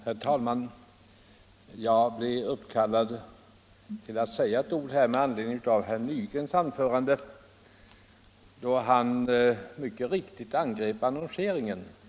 Herr talman! Jag har känt mig uppkallad att ta till orda här i anledning av vad herr Nygren sade när han angrep porrannonseringen.